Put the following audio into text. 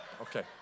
okay